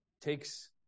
takes